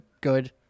good